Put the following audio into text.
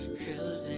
cruising